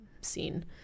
scene